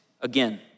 again